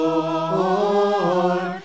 Lord